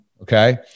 Okay